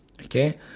okay